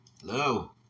Hello